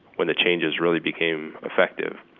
when the changes really became effective,